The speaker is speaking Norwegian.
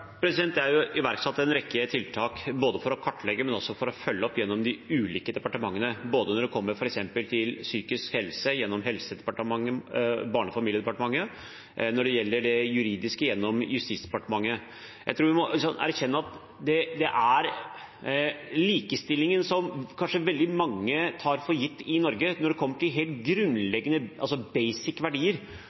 iverksatt en rekke tiltak både for å kartlegge og for å følge opp gjennom de ulike departementene, gjennom Barne- og familiedepartementet når det gjelder f.eks. psykisk helse, og gjennom Justisdepartementet når det gjelder det juridiske. Jeg tror vi må erkjenne at den likestillingen som kanskje veldig mange tar for gitt i Norge når det gjelder helt grunnleggende,